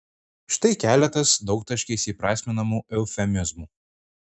štai keletas daugtaškiais įprasminamų eufemizmų